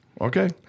Okay